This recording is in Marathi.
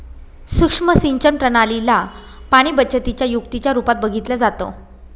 सुक्ष्म सिंचन प्रणाली ला पाणीबचतीच्या युक्तीच्या रूपात बघितलं जातं